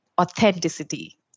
authenticity